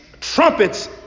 trumpets